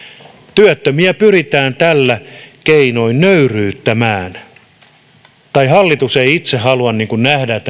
työttömiä pyritään tällä keinoin nöyryyttämään tai hallitus ei itse halua nähdä